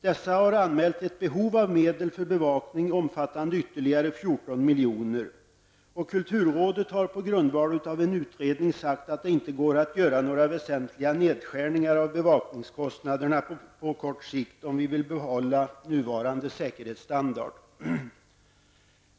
Dessa har anmält ett behov av medel för bevakning omfattande ytterligare 14 milj.kr. Kulturådet har på grundval av en utredning sagt att det inte går att göra någon väsentlig nedskärning av bevakningskostnaderna på kort sikt om vi vill behålla nuvarande säkerhetsstandard.